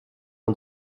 und